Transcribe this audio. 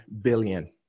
billion